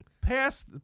pass